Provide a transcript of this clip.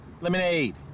lemonade